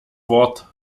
wort